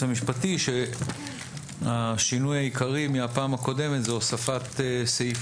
המשפטי שהשינוי העיקרי מהפעם הקודמת הוא הוספת סעיף